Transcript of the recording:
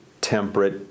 temperate